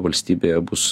valstybėje bus